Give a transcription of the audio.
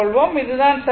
இது தான் சர்க்யூட்